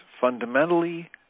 fundamentally